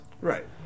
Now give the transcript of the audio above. Right